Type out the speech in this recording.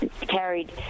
carried